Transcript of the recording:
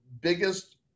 biggest